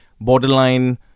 Borderline